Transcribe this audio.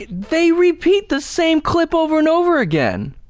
they repeat the same clip over and over again.